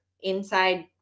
inside